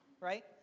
right